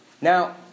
Now